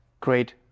great